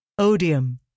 Odium